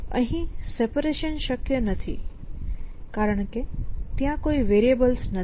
અહીં સેપરેશન શક્ય નથી કારણ કે ત્યાં કોઈ વેરીએબલ્સ નથી